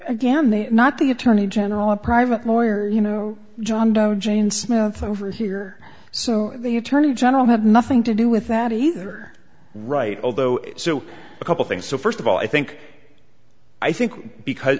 again the not the attorney general a private lawyer you know john doe jane smith over here so the attorney general had nothing to do with that either right although so a couple things so first of all i think i think because